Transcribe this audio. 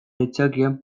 aitzakian